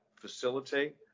facilitate